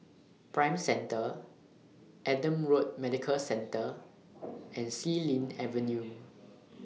Prime Centre Adam Road Medical Centre and Xilin Avenue